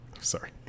sorry